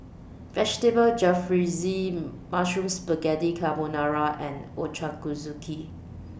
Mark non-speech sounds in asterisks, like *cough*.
Vegetable Jalfrezi Mushroom Spaghetti Carbonara and *unintelligible*